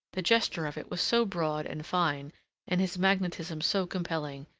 the gesture of it was so broad and fine and his magnetism so compelling,